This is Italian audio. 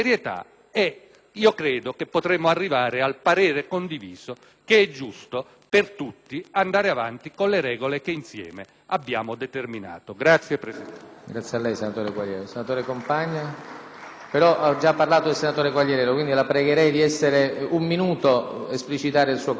credo che potremmo arrivare al parere condiviso ed è giusto per tutti andare avanti con le regole che insieme abbiamo determinato. *(Applausi